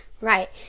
Right